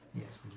yes